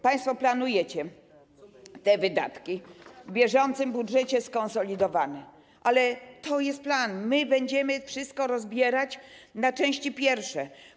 Państwo planujecie te wydatki w bieżącym budżecie skonsolidowany, ale to jest plan, my będziemy wszystko rozbierać na części pierwsze.